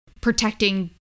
protecting